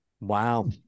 Wow